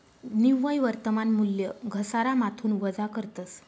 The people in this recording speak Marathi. निव्वय वर्तमान मूल्य घसारामाथून वजा करतस